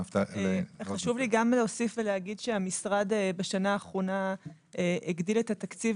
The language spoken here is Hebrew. חשוב לי להוסיף שהמשרד בשנה האחרונה הגדיל את התקציב